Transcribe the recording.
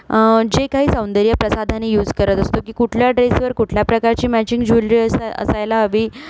जे काही सौंदर्य प्रसाधने युज करत असतो की कुठल्या ड्रेसवर कुठल्या प्रकारची मॅचिंग जुलरी असा असायला हवी